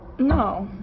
no